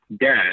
dad